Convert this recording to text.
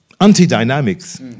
anti-dynamics